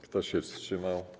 Kto się wstrzymał?